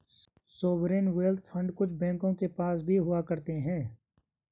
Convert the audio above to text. sovereign wealth fund कुछ बैंकों के पास भी हुआ करते हैं